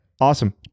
Awesome